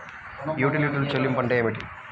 యుటిలిటీల చెల్లింపు అంటే ఏమిటి?